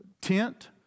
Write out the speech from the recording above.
tent